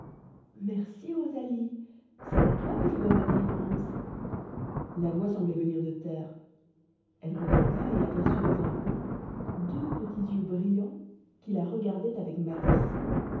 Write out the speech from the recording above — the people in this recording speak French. merci rosalie c'est à toi que je dois ma délivrance la voix semblait venir de terre elle regarda et aperçut dans un coin deux petits yeux brillants qui la regardaient avec malice